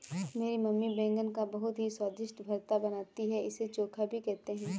मेरी मम्मी बैगन का बहुत ही स्वादिष्ट भुर्ता बनाती है इसे चोखा भी कहते हैं